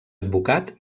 advocat